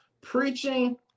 preaching